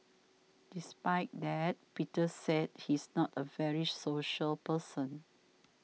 despite that Peter said he's not a very social person